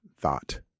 thought